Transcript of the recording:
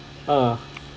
ah